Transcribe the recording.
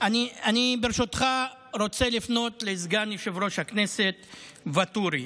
אני רוצה לפנות לסגן יושב-ראש הכנסת ואטורי.